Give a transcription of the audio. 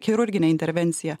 chirurginę intervenciją